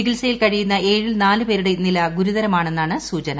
ചികിൽസയിൽ കഴിയുന്ന ഏഴിൽ നാല് പേരുടെ നില ഗുരുതരമാണെന്നാണ് സൂചന